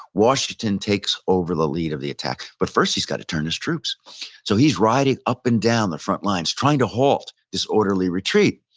washington takes over the lead of the attack. but first he's got to turn his troops so he's riding up and down the front lines, trying to halt this orderly retreat.